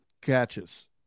catches